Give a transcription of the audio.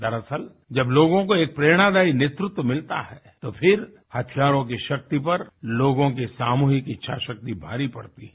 दरअसल जब लोगों को एक प्रेरणादायी नेतृत्व मिलता है तो फिर हथियारों की शक्ति पर लोगों की सामूहिक इच्छाशक्ति भारी पड़ रही है